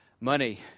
money